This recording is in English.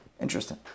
Interesting